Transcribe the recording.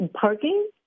Parking